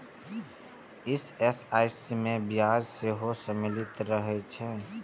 EMI मे ब्याज सेहो सम्मिलित रहै छै